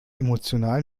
emotional